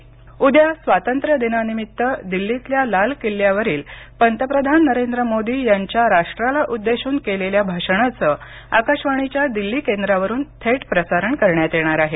बातमीपत्र वेळ उद्या स्वातंत्र्यदिनानिमित्त दिल्लीतल्या लाल किल्ल्यावरील पंतप्रधान नरेंद्र मोदी यांच्या राष्ट्राला उद्देशून केलेल्या संदेशाचं आकाशवाणीच्या दिल्ली केंद्रावरुन थेट प्रसारण करण्यात येणार आहे